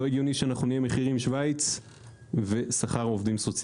לא הגיוני שהמחירים פה יהיו כמו בשוויץ והשכר כמו של עובדים סוציאליים.